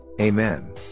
Amen